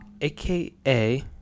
AKA